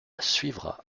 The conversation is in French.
suivra